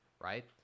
right